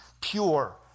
pure